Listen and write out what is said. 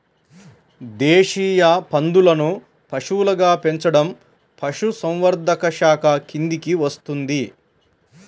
దేశీయ పందులను పశువులుగా పెంచడం పశుసంవర్ధక శాఖ కిందికి వస్తుంది